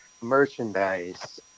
merchandise